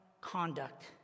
conduct